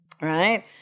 Right